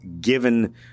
given